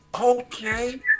okay